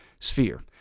sphere